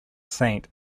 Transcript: saint